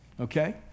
Okay